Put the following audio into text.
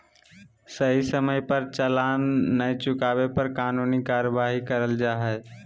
सही समय पर चालान नय चुकावे पर कानूनी कार्यवाही करल जा हय